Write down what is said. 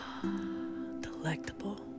delectable